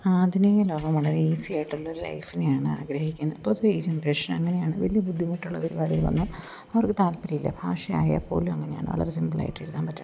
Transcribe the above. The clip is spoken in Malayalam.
ആധുനിക ലോകം വളരെ ഈസിയായിട്ടുള്ളൊരു ലൈഫിനെയാണ് ആഗ്രഹിക്കുന്നത് പൊതുവെ ഈ ജനറേഷൻ അങ്ങനെയാണ് വലിയ ബുദ്ധിമുട്ടുള്ള പരിപാടികളൊന്നും അവർക്ക് താൽപര്യമില്ല ഭാഷ ആയാൽ പോലും അങ്ങനെയാണ് വളരെ സിമ്പിളായിട്ട് എഴുതാൻ പറ്റണം